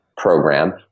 Program